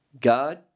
God